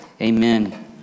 amen